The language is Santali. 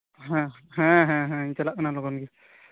ᱦᱮᱸ ᱦᱮᱸ ᱦᱮᱸ ᱤᱧ ᱪᱟᱞᱟᱜ ᱠᱟᱱᱟ ᱞᱚᱜᱚᱱ ᱜᱮ